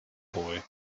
boy